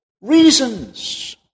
reasons